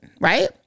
Right